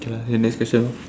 okay lah then next question lor